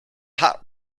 hot